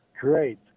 Great